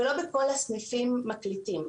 ולא בכל הסניפים מקליטים.